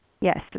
Yes